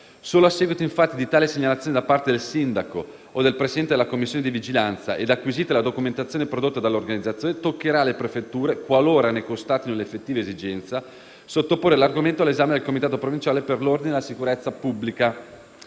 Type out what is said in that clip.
Solo a seguito, infatti, di tale segnalazione da parte del sindaco o del presidente della Commissione di vigilanza ed acquisita la documentazione prodotta dall'organizzatore, toccherà alle prefetture - qualora ne constatino l'effettiva esigenza - sottoporre l'argomento all'esame del comitato provinciale per l'ordine e la sicurezza pubblica,